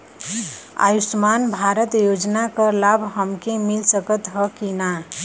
आयुष्मान भारत योजना क लाभ हमके मिल सकत ह कि ना?